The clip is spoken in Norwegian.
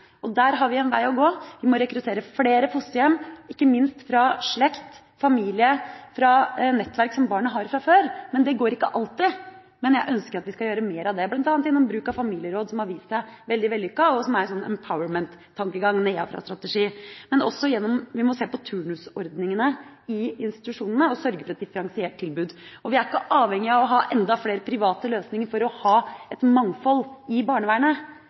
barnevernet. Der har vi en vei å gå. Vi må rekruttere flere fosterhjem, ikke minst fra slekt/familie og nettverk som barnet har fra før. Det går ikke alltid, men jeg ønsker at vi skal gjøre mer av det, bl.a. gjennom bruk av familieråd, som har vist seg å være veldig vellykket, og som er en «empowerment»-tankegang – en nedenfra-og-opp-strategi. Vi må også se på turnusordningene i institusjonene og sørge for et differensiert tilbud. Vi er ikke avhengig av å ha enda flere private løsninger for å ha et mangfold i barnevernet.